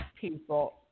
people